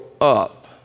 up